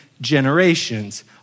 generations